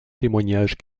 témoignages